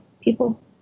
people